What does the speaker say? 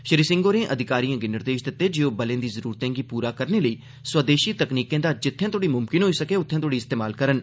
श्री सिंह होरें अधिकारिएं गी निर्देश दित्ते जे ओह् बलें दी जरूरतें गी पूरा करने लेई स्वदेशी तकनीकें दा जित्थें तोहड़ी मुमकिन होई सकै उत्थे तोहड़ी इस्तेमाल करन